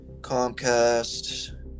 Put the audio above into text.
Comcast